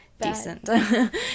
decent